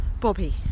Bobby